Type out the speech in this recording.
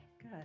Good